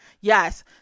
yes